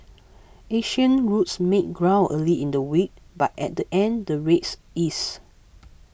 Asian routes made ground early in the week but at the end the rates eased